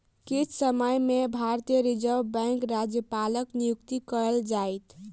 किछ समय में भारतीय रिज़र्व बैंकक राज्यपालक नियुक्ति कएल जाइत